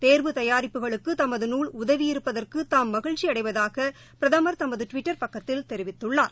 தேர்வு தயாரிப்புகளுக்கு தமது நூல் உதவியிருப்பதற்கு தாம் மகிழ்ச்சி அடைவதாக பிரதமர் தமது டிவிட்டர் பக்கத்தில் தெரிவித்துள்ளார்